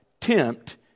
tempt